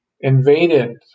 invaded